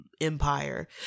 empire